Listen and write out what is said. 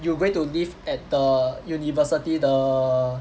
you going to live at the university the